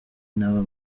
n’aba